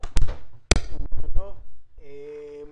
אנחנו